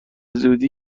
زودی